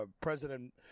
President